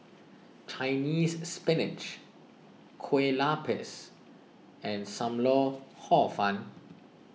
Chinese Spinach Kueh Lapis and Sam Lau Hor Fun